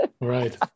Right